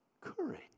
Courage